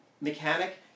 mechanic